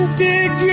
dig